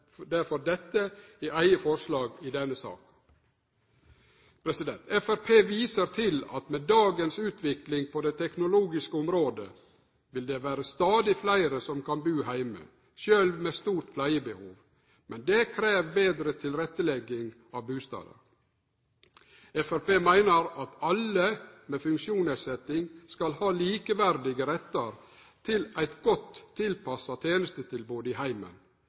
derfor eit eige forslag om dette i denne saka. Framstegspartiet viser til at med dagens utvikling på det teknologiske området vil det vere stadig fleire som kan bu heime, sjølv med stort pleiebehov, men det krev betre tilrettelegging av bustaden. Framstegspartiet meiner at alle med funksjonsnedsetjing skal ha likeverdige rettar til eit godt tilpassa tenestetilbod i heimen,